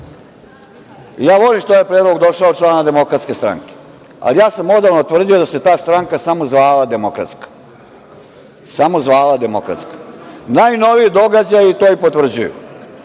ja volim što je ovaj predlog došao od člana DS, ali ja sam odavno tvrdio da se ta stranka samo zvala demokratska. Samo se zvala demokratska. Najnoviji događaji to i potvrđuju.